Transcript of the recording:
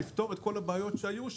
לפתור את כל הבעיות שהיו,